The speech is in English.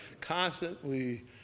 Constantly